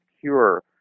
cure